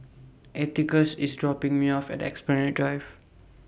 Atticus IS dropping Me off At Esplanade Drive